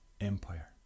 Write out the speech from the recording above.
empire